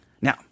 Now